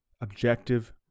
objective